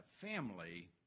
family